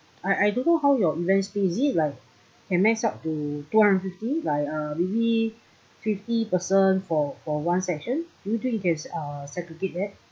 I I don't know how your event place is it like can max up to two hundred fifty like uh maybe fifty person for for one session do you think you can uh segregate that